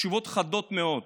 תשובות חדות מאוד.